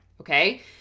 Okay